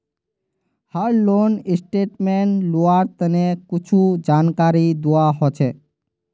हर loan statement लुआर तने कुछु जानकारी दुआ होछे